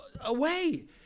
away